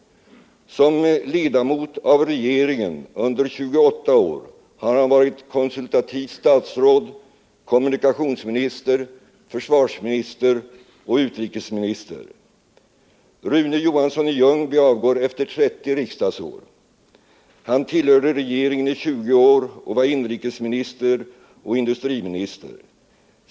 Som ledamot av regeringen under 28 år har han varit konsultativt statsråd, kommunikationsminister, försvarsminister och utrikesminister. Rune Johansson i Ljungby avgår efter 30 riksdagsår. Han tillhörde regeringen i 20 år och var inrikesminister och industriminister.